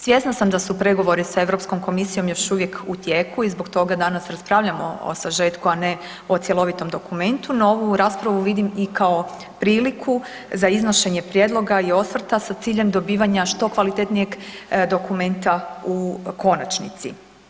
Svjesna sam da su pregovori sa Europskom komisijom još uvijek u tijeku i zbog toga danas raspravljamo o sažetku a ne o cjelovitom dokumentu, no ovu raspravu vidim i kao priliku za iznošenje prijedloga i osvrta sa ciljem dobivanja što kvalitetnijeg dokumenta u konačnici.